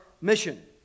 mission